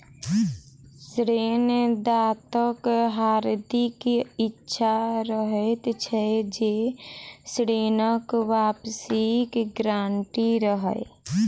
ऋण दाताक हार्दिक इच्छा रहैत छै जे ऋणक वापसीक गारंटी रहय